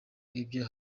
ibye